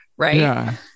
Right